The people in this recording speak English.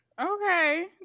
Okay